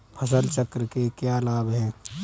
फसल चक्र के क्या लाभ हैं?